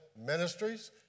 Ministries